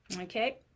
okay